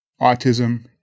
Autism